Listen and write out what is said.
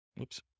Oops